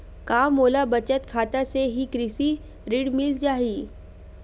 का मोला बचत खाता से ही कृषि ऋण मिल जाहि?